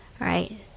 right